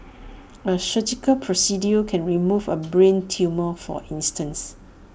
A surgical procedure can remove A brain tumour for instance